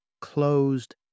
closed